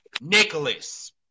Nicholas